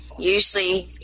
usually